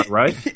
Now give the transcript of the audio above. right